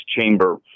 chamber